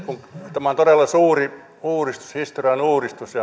tämä on todella suuri uudistus historiallinen uudistus